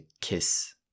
kiss